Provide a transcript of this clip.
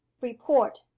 Report